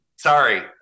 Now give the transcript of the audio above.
Sorry